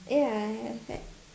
yeah I've had